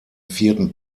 vierten